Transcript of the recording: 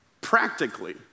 practically